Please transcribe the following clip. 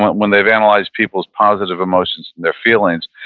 when they've analyzed people's positive emotions and their feelings,